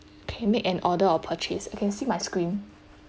okay can make an order of purchase you can see my screen